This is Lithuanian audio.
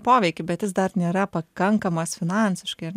poveikį bet jis dar nėra pakankamas finansiškai ir